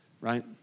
Right